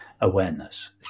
awareness